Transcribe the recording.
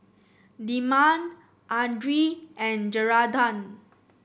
Dilmah Andre and Geraldton